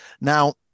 now